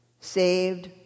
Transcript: saved